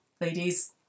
ladies